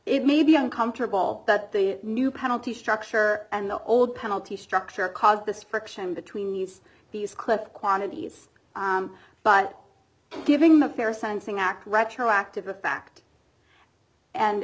it may be uncomfortable that the new penalty structure and the old penalty structure caused this friction between us these clips quantities but giving the fair sensing act retroactive a fact and